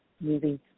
moving